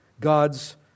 God's